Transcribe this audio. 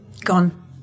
Gone